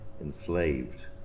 enslaved